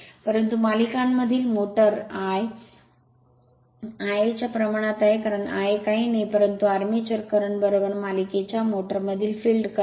परंतु मालिकांमधील motor I Ia च्या प्रमाणात आहे कारण Ia काहीही नाही परंतु आर्मेचर करंट मालिकेच्या मोटर मधील फिल्ड करंट